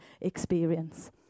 experience